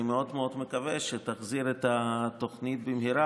אני מאוד מאוד מקווה שתחזיר את התוכנית במהרה,